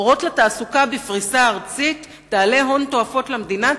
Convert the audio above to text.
"אורות לתעסוקה" בפריסה ארצית תעלה הון תועפות למדינה,